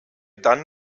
dann